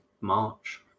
March